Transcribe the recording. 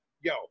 yo